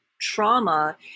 trauma